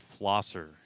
flosser